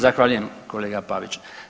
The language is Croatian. Zahvaljujem kolega Pavić.